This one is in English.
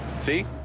See